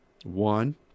One